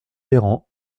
véran